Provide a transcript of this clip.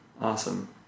Awesome